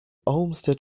olmsted